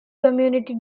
community